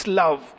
love